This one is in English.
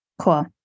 Cool